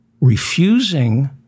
refusing